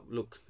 Look